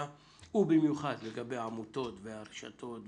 אתה יכול לראות שכיום ההתנהלות היא שונה מאוד מרשות לרשות.